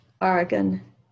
Oregon